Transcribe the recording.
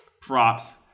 props